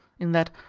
in that,